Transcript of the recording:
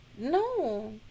No